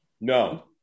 No